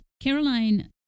Caroline